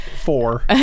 Four